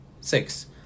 Six